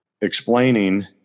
explaining